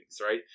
right